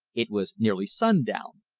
it was nearly sundown.